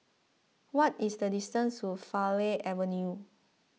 what is the distance to Farleigh Avenue